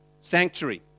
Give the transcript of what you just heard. sanctuary